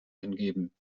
eingeben